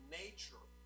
nature